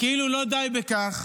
כאילו לא די בכך,